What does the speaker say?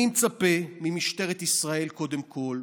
אני מצפה ממשטרת ישראל, קודם כול,